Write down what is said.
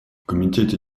комитете